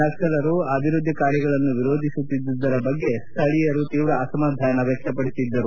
ನಕ್ಲಲು ಅಭಿವ್ಯದ್ದಿ ಕಾರ್ಯಗಳನ್ನು ವಿರೋಧಿಸುತ್ತಿದ್ದುದ್ದರ ಬಗ್ಗೆ ಸ್ಥಳೀಯರು ತೀವ್ರ ಅಸಮಾಧಾನ ವ್ಯಕಪಡಿಸುತ್ತಿದ್ದರು